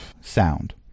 sound